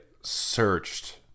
searched